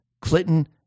Clinton